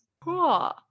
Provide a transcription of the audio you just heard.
Cool